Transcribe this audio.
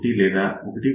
1 లేదా 1